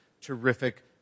terrific